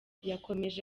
yakomeje